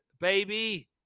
baby